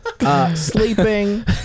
Sleeping